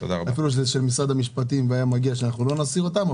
אפילו שזה של משרד המשפטים והיה מגיע שאנחנו לא נסיר אותן,